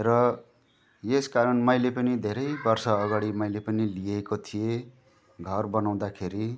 र यस कारण मैले पनि धेरै वर्षअगाडि मैले पनि लिएको थिएँ घर बनाउँदाखेरि